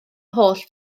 holl